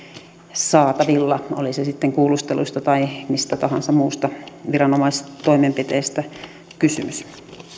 saatavilla oli se sitten kuulusteluista tai mistä tahansa muusta viranomaistoimenpiteestä kysymys